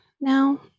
now